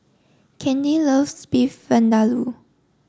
Candy Loves Beef Vindaloo